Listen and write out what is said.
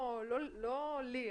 לא לי.